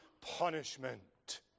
punishment